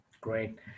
Great